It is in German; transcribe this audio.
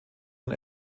und